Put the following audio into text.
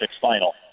final